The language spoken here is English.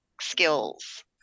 skills